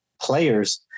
players